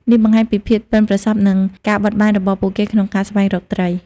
នេះបង្ហាញពីភាពប៉ិនប្រសប់និងការបត់បែនរបស់ពួកគេក្នុងការស្វែងរកត្រី។